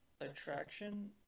attraction